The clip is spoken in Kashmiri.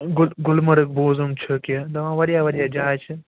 گُل گلمرٕگ بوٗزٕم چھِ کہِ ناو وارِیاہ وارِیاہ جایہِ چھِ